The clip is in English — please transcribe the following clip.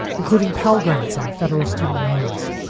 including pell grants and federal student loans.